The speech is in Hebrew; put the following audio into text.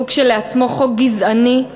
שהוא כשלעצמו חוק גזעני,